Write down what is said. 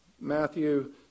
Matthew